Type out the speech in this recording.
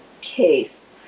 case